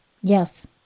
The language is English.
Yes